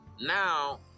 Now